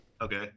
Okay